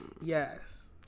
yes